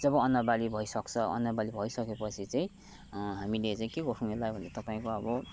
जब अन्नबाली भइसक्छ अन्नबाली भइसकेपछि चाहिँ हामीले चाहिँ के गर्छौँ यसलाई भने तपाईँको अब